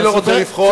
אני לא רוצה לבחון,